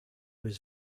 was